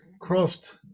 Crossed